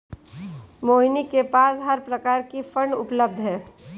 मोहिनी के पास हर प्रकार की फ़ंड उपलब्ध है